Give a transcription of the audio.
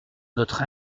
notre